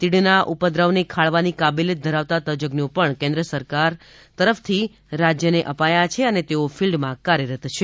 તીડ ના ઉપદ્રવ ને ખાળવાની કાબેલિયત ધરાવતા તજ જ્ઞો પણ કેન્દ્ર તરફ થી રાજ્ય ને અપાયા છે અને તેઓ ફિલ્ડ માં કાર્યરત છે